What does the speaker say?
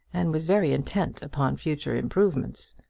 and was very intent upon future improvements.